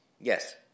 yes